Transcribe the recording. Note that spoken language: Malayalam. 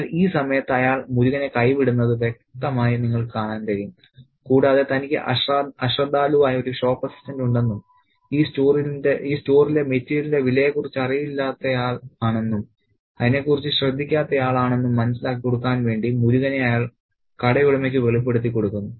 അതിനാൽ ഈ സമയത്ത് അയാൾ മുരുകനെ കൈ വിടുന്നത് വ്യക്തമായി നിങ്ങൾക്ക് കാണാൻ കഴിയും കൂടാതെ തനിക്ക് അശ്രദ്ധാലുവായ ഒരു ഷോപ്പ് അസിസ്റ്റന്റ് ഉണ്ടെന്നും ഈ സ്റ്റോറിലെ മെറ്റീരിയലിന്റെ വിലയെക്കുറിച്ച് അറിവില്ലാത്തയാൾ ആണെന്നും അതിനെ കുറിച്ച് ശ്രദ്ധിക്കാത്തയാൾ ആണെന്നും മനസ്സിലാക്കി കൊടുക്കാൻ വേണ്ടി മുരുകനെ അയാൾ കടയുടമയ്ക്ക് വെളിപ്പെടുത്തി കൊടുക്കുന്നു